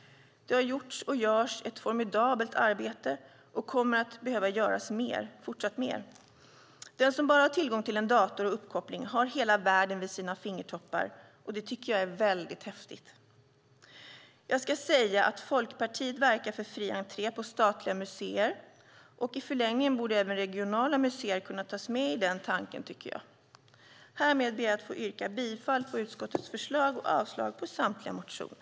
Det har gjorts och görs ett formidabelt arbete och kommer att behöva göras mer. Den som bara har tillgång till en dator och uppkoppling har hela världen vid sina fingertoppar. Det tycker jag är väldigt häftigt. Jag ska säga att Folkpartiet verkar för fri entré på statliga museer. I förlängningen borde även regionala museer kunna tas med i den tanken, tycker jag. Härmed ber jag att få yrka bifall till utskottets förslag och avslag på samtliga motioner.